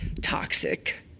toxic